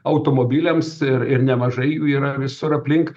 automobiliams ir ir nemažai jų yra visur aplink